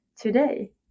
today